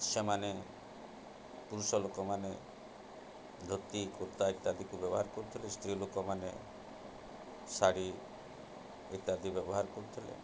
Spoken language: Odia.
ସେମାନେ ପୁରୁଷ ଲୋକମାନେ ଧୋତି କୁର୍ତ୍ତା ଇତ୍ୟାଦିକୁ ବ୍ୟବହାର କରୁଥିଲେ ସ୍ତ୍ରୀ ଲୋକମାନେ ଶାଢ଼ୀ ଇତ୍ୟାଦି ବ୍ୟବହାର କରୁଥିଲେ